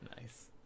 Nice